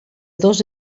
dos